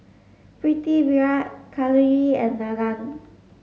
Pritiviraj Kalluri and Nandan